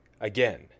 Again